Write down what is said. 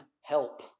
help